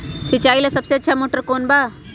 सिंचाई ला सबसे अच्छा मोटर कौन बा?